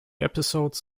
episodes